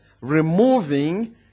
removing